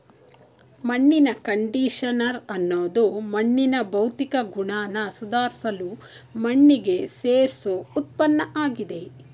ಮಣ್ಣಿನ ಕಂಡಿಷನರ್ ಅನ್ನೋದು ಮಣ್ಣಿನ ಭೌತಿಕ ಗುಣನ ಸುಧಾರ್ಸಲು ಮಣ್ಣಿಗೆ ಸೇರ್ಸೋ ಉತ್ಪನ್ನಆಗಿದೆ